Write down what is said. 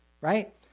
right